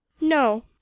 No